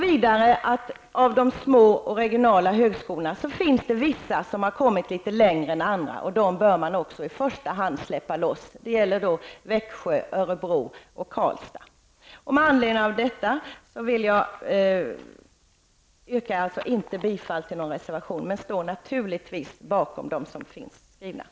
Vidare finns det bland de små och regionala högskolorna vissa som har kommit litet längre än andra, och dem bör man också i första hand ''släppa loss''. Det gäller högskolorna i Växjö, Örebro och Jag yrkar alltså inte bifall till någon reservation, men jag står naturligtvis bakom de reservationer som vi avgivit.